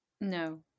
No